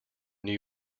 new